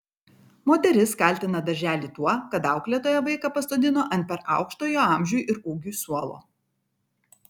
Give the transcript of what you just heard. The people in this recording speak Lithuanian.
moteris kaltina darželį tuo kad auklėtoja vaiką pasodino ant per aukšto jo amžiui ir ūgiui suolo